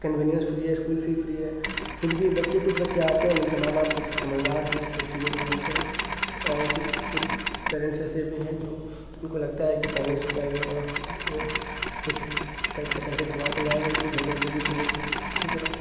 conveyance free ہے school fee free ہے پھر بھی بچے کچھ بچے آتے ہیں جن کے ماں باپ کچھ سمجھدار ہیں جو چیزوں کو سمجھتے ہیں اور کچھ کچھ پیرینٹس ایسے بھی ہیں جو ان کو لگتا ہے کہ پڑھنے سے کیا ہی ہوگا وہ کچھ پیسے کما کے لائیں گے جس سے گھر کی روزی روٹی چلے گی اسی طرح